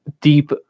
deep